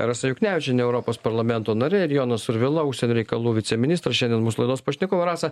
rasa juknevičienė europos parlamento narė ir jonas survila užsienio reikalų viceministras šiandien mūsų laidos pašnekovai rasa